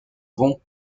bon